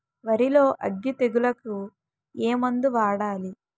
వరిలో అగ్గి తెగులకి ఏ మందు వాడాలి?